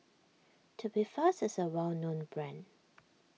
Tubifast is a well known brand